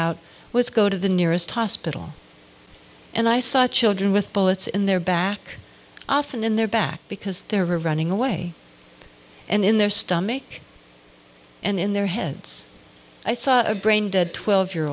out was go to the nearest hospital and i saw children with bullets in their back often in their back because they were running away and in their stomach and in their heads i saw a brain dead twelve year